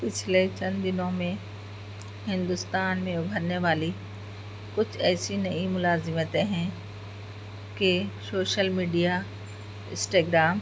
پچھلے چند دنوں میں ہندوستان میں ابھرنے والی کچھ ایسی نئی ملازمتیں ہیں کہ سوشل میڈیا انسٹا گرام